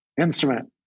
instrument